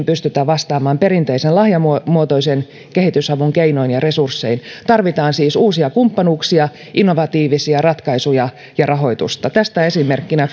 pystytä vastaamaan perinteisen lahjamuotoisen kehitysavun keinoin ja resurssein tarvitaan siis uusia kumppanuuksia innovatiivisia ratkaisuja ja rahoitusta tästä esimerkkinä